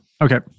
Okay